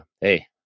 hey